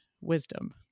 wisdom